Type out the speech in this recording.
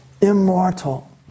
immortal